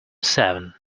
seven